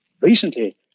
Recently